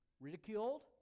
ridiculed